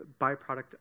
byproduct